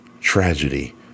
tragedy